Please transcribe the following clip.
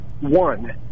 one